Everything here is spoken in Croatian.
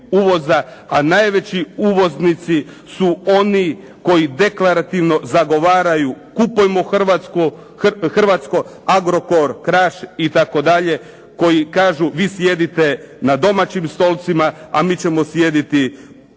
a najveći uvoznici su oni koji deklarativno zagovaraju kupujmo hrvatsko "Agrokor", "Kraš", itd., koji kažu vi sjedite na domaćim stolcima, a mi ćemo sjediti u